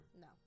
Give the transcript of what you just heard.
No